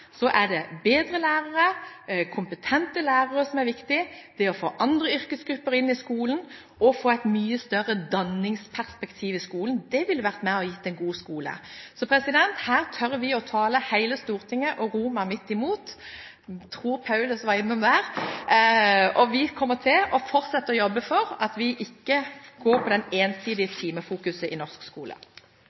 er det bedre lærere, kompetente lærere, som er viktig, det å få andre yrkesgrupper inn i skolen og få et mye større dannelsesperspektiv i skolen. Det ville vært med å gi en god skole. Her tør vi å tale hele Stortinget, og Roma, midt imot – jeg tror Paulus var innom der. Vi kommer til å fortsette å jobbe for at vi ikke går for den ensidige timefokuseringen i norsk skole.